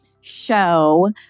show